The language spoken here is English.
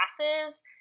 classes